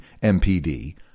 MPD